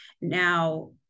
Now